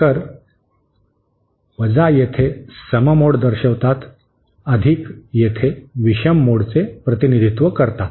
तर येथे सम मोड दर्शवितात येथे विषम मोडचे प्रतिनिधित्व करतात